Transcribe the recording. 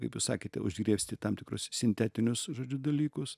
kaip jūs sakėte užgriebsti tam tikrus sintetinius žodžiu dalykus